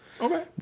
okay